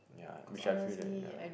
ya which I feel that ya